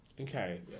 Okay